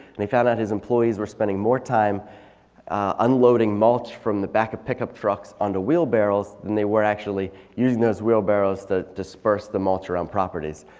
and he found out his employees were spending more time unloading mulch from the back of pickup trucks onto wheelbarrows than they were actually using those wheelbarrows to disperse the mulch around properties.